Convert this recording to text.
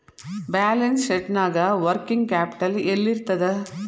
Balance ಶೇಟ್ನ್ಯಾಗ working capital ಯೆಲ್ಲಿರ್ತದ?